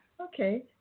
Okay